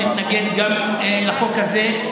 ונתנגד גם לחוק הזה.